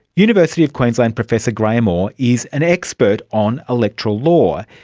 university of queensland professor graeme orr is an expert on electoral law.